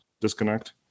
disconnect